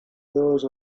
those